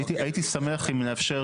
הייתי שמח לאפשר